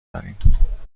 داریم